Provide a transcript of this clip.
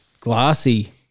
glassy